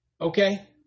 Okay